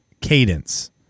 cadence